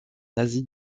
asie